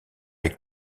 est